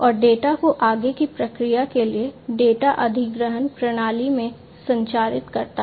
और डेटा को आगे की प्रक्रिया के लिए डेटा अधिग्रहण प्रणाली में संचारित करता है